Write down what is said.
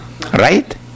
right